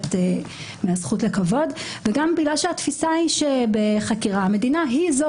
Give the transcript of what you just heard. מהזכות לכבוד וגם בגלל שהתפיסה היא שבחקירה המדינה היא זו